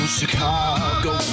Chicago